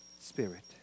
spirit